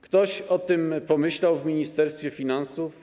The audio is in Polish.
Ktoś o tym pomyślał w Ministerstwie Finansów?